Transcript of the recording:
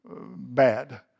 bad